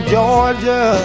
Georgia